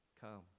Come